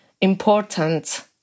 important